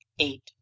eight